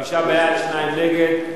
חמישה בעד, שניים נגד.